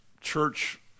church